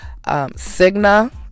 Cigna